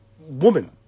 woman